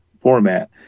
format